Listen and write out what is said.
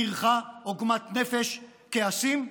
טרחה, עוגמת נפש, כעסים,